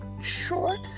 short